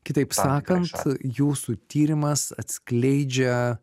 kitaip sakant jūsų tyrimas atskleidžia